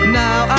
now